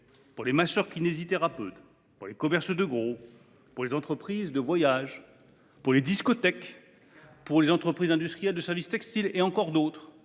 pour les masseurs kinésithérapeutes, pour les commerces de gros, pour les entreprises de voyage, pour les discothèques, pour les entreprises industrielles de services textiles, et pour d’autres